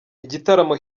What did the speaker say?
igitaramo